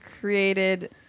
created